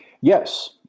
Yes